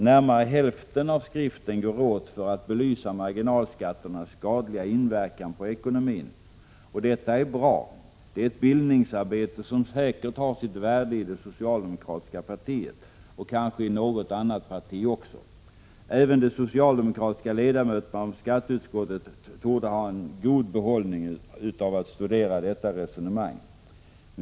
Närmare hälften av skriften går åt för att belysa marginalskatternas skadliga inverkan på ekonomin. Och detta är bra. Det är ett bildningsarbete som säkert har sitt värde i det socialdemokratiska partiet och kanske i något annat parti också. Även de socialdemokratiska ledamöterna av skatteutskottet torde ha god behållning av att studera detta resonemang.